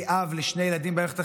כאב לשני ילדים במערכת החינוך,